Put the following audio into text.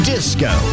Disco